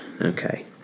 Okay